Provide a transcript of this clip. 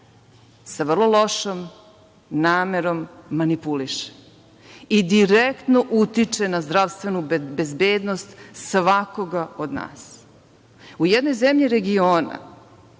sa vrlo lošom namerom manipuliše i direktno utiče na zdravstvenu bezbednost svakoga od nas.U jednoj zemlji regiona,